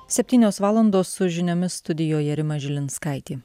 septynios valandos su žiniomis studijoje rima žilinskaitė